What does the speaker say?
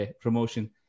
promotion